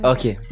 Okay